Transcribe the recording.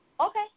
okay